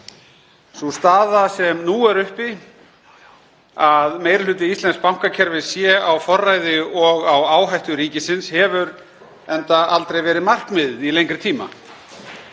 Sú staða sem nú er uppi, að meiri hluti íslensks bankakerfis sé á forræði og á áhættu ríkisins, hefur enda aldrei verið markmiðið í lengri tíma.